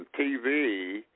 TV